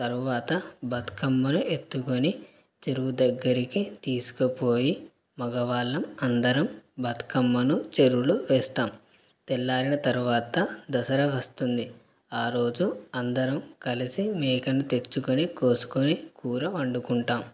తరువాత బతుకమ్మను ఎత్తుకొని చెరువు దగ్గరికి తీసుకపోయి మగవాళ్ళం అందరం బతుకమ్మను చెరువులో వేస్తాం తెల్లారిన తరువాత దసరా వస్తుంది ఆ రోజు అందరం కలిసి మేకను తెచ్చుకొని కోసుకొని కూర వండుకుంటాం